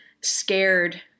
scared